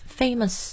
famous